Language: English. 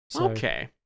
Okay